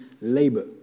labor